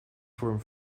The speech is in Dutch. vorm